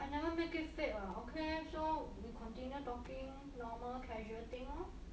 I never make it fake what okay so we continue talking normal casual thing lor